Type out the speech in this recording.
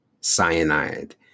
cyanide